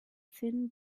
thin